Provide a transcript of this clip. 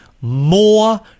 more